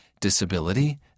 Disability